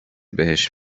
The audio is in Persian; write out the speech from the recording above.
بهش